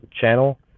channel